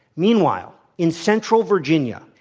meanwhile, in central virginia,